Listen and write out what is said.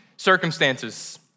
circumstances